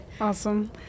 Awesome